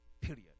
Period